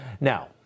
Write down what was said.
now